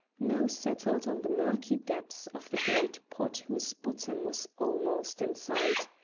now settled on the murky depths of the great pot whose bottom was almost in sight.